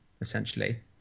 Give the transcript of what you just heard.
essentially